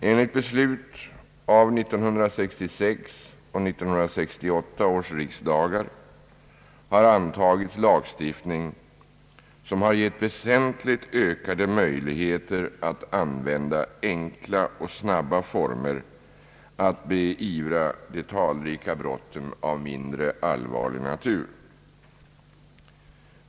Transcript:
Enligt beslut av 1966 och 1968 års riksdagar har antagits lagstiftning som har givit väsentligt ökade möjligheter att använda enkla och snabba former för att beivra de talrika brotten av mindre grov natur.